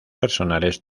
personales